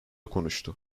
konuştu